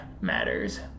matters